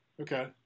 Okay